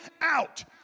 out